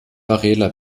varela